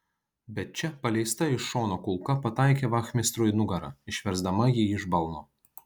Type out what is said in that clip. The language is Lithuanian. bet čia paleista iš šono kulka pataikė vachmistrui į nugarą išversdama jį iš balno